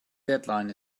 deadline